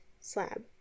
slab